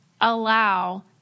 allow